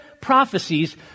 prophecies